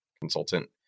consultant